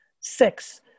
six